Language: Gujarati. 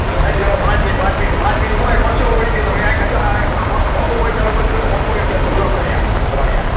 તમે સાહેબ બેહો પાંચ મિનિટ પાંચ મિનિટ પાંચ મિનિટ હું અહી પરસેવો વળી ગયો તમે આંખ જો આ પંખો કોઈ ચાલુ કરી દીધો પંખોય નથી હાલતો જોવો મારે અહીંયાં તમારે અહીંયાં